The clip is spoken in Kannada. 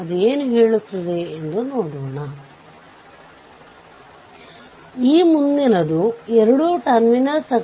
KVL ಅನ್ನು ಅನ್ವಯಿಸಿ ಮತ್ತು ಅದನ್ನು ಪರಿಹರಿಸಬೇಕು